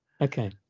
Okay